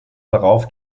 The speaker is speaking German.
darauf